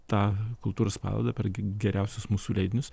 tą kultūros paveldą per geriausius mūsų leidinius